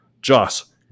Joss